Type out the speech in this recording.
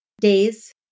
days